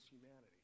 humanity